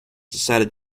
decided